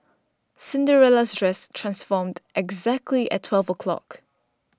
Cinderella's dress transformed exactly at twelve o'clock